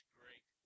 great